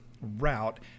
route